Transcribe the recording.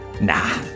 nah